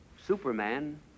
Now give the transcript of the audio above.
Superman